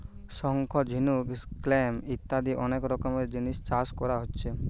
শঙ্খ, ঝিনুক, ক্ল্যাম ইত্যাদি অনেক রকমের জিনিস চাষ কোরা হচ্ছে